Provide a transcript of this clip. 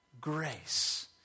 Grace